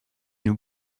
nous